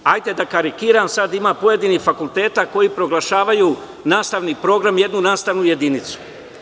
Hajde da karikiram, sada ima pojedinih fakulteta koji proglašavaju nastavni program jednu nastavnu jedinicu.